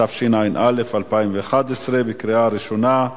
התשע"א 2011, בקריאה ראשונה.